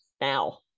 now